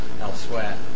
elsewhere